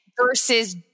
Versus